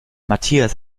matthias